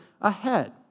ahead